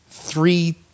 Three